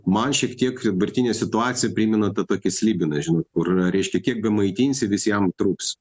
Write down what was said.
man šiek tiek dabartinė situacija primena tą tokį slibiną žinot kur reiškia kiek bemaitinsi visiem trūks